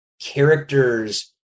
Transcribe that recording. characters